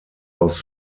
aus